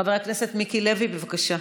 חבר הכנסת מיקי לוי, בבקשה.